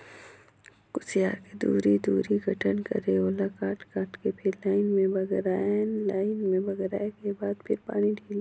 खुसियार के दूरी, दूरी गठन करके ओला काट काट के फिर लाइन से बगरायन लाइन में बगराय के बाद फिर पानी ल ढिलेन